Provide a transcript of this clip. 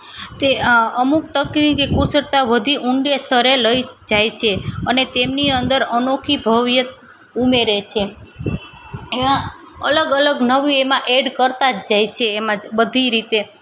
તે અમુક તકનિકી કુશળતા વધી ઊંડે સ્તરે લઈ જાય છે અને તેમની અંદર અનોખી ભવ્યતા ઉમરે છે એમાં અલગ અલગ નવી એમાં એડ કરતાં જાય છે એમાં જ બધી રીતે